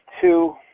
two